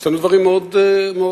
השתנו דברים מאוד חשובים.